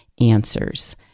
answers